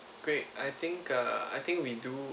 great I think uh I think we do